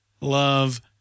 love